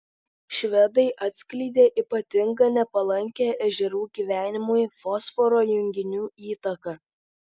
švedai atskleidė ypatingai nepalankią ežerų gyvenimui fosforo junginių įtaką